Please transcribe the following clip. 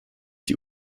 die